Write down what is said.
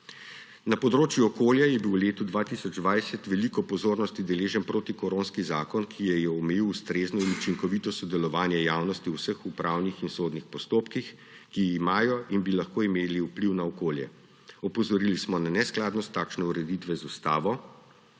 Na področju okolja je bil v letu 2020 veliko pozornosti deležen protikoronski zakon, ki je omejil ustrezno in učinkovito sodelovanje javnosti v vseh upravnih in sodnih postopkih, ki imajo in bi lahko imeli vpliv na okolje. Opozorili smo na neskladnost takšne ureditve z ustavo